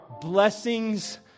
blessings